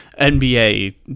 NBA